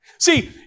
See